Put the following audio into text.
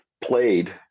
played